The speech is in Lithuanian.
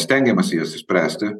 stengiamasi jas išspręsti